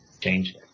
change